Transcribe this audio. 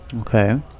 Okay